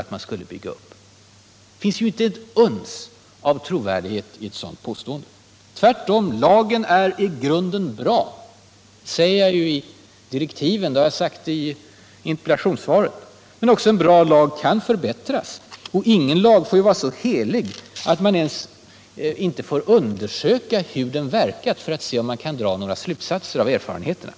Det ligger inte ett uns av trovärdighet i ett sådant påstående. Tvärtom: jag har både i utredningsdirektiven och i interpellationssvaret sagt att lagen i grunden är bra. Men också en bra lag kan förbättras. Ingen lag kan vara så helig att man inte får undersöka hur den verkat, för att se om man kan dra — Nr 25 några slutsatser av erfarenheterna.